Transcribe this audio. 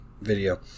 video